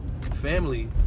Family